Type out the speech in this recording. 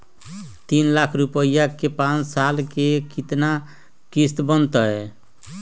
तीन लाख रुपया के पाँच साल के केतना किस्त बनतै?